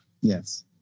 Yes